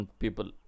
people